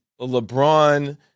LeBron